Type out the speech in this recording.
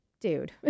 dude